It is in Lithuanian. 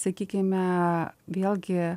sakykime vėlgi